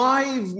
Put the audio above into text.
Five